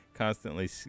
Constantly